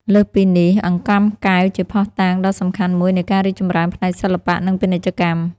លើសពីនេះ អង្កាំកែវ ជាភស្តុតាងដ៏សំខាន់មួយនៃការរីកចម្រើនផ្នែកសិល្បៈ និងពាណិជ្ជកម្ម។